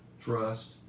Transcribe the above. trust